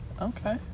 Okay